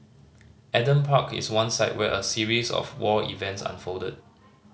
Adam Park is one site where a series of war events unfolded